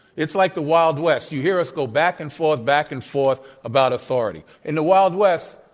it's like the wild west. you hear us go back and forth, back and forth about authority. in the wild west,